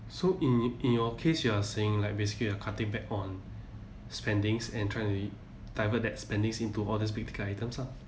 so in in your case you are saying like basically you're cutting back on spendings and trying to divert that spendings into all these big ticket items lah